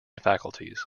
faculties